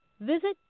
Visit